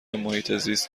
محیطزیست